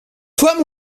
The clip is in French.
toi